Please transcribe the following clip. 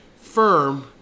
firm